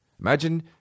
Imagine